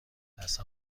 لثه